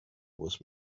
with